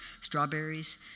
strawberries